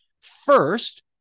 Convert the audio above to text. first